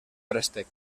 préstec